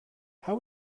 how